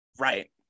Right